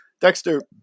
Dexter